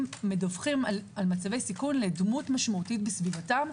מדווחים על מצבי סיכון לדמות משמעותית בסביבתם,